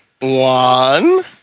One